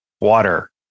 water